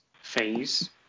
phase